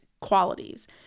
qualities